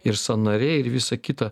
ir sąnariai ir visa kita